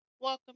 Welcome